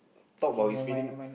talk about his feeling